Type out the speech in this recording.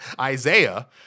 Isaiah